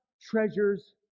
treasures